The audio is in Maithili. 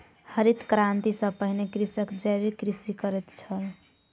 हरित क्रांति सॅ पहिने कृषक जैविक कृषि करैत छल